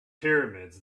pyramids